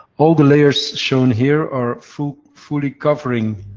all the layers shown here are fully fully covering,